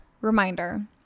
Reminder